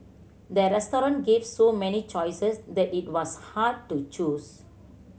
the restaurant gave so many choices that it was hard to choose